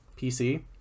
PC